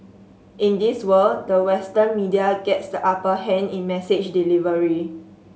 in this world the Western media gets the upper hand in message delivery